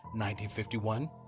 1951